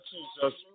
Jesus